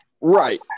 Right